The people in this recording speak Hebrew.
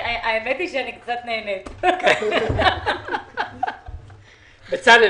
הכול זורם בצורה